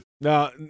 Now